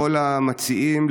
לקרוא למציעים,